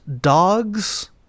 dogs